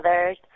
others